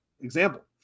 Example